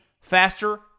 faster